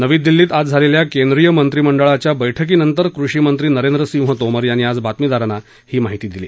नवी दिल्लीत आज झालेल्या केंद्रीय मंत्रिमंडळाच्या बैठकीनंतर कृषिमंत्री नरेंद्रसिंह तोमर यांनी आज बातमीदारांना ही माहिती दिली